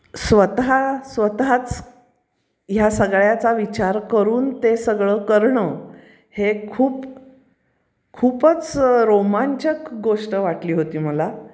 स्वतः स्वतःच ह्या सगळ्याचा विचार करून ते सगळं करणं हे खूप खूपच रोमांचक गोष्ट वाटली होती मला